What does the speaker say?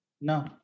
No